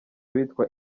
bitwa